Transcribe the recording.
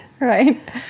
Right